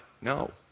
No